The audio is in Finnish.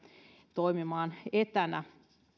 toimimaan etänä